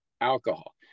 alcohol